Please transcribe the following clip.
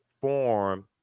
form